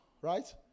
right